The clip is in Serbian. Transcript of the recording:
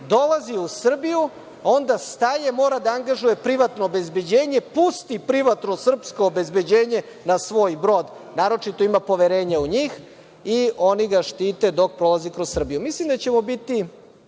dolazi u Srbiji, onda staje, mora da angažuje privatno obezbeđenje, pusti privatno srpsko obezbeđenje na svoj brod, naročito ima poverenje u njih i oni ga štite dok prolazi kroz Srbiju. Mislim da ćemo biti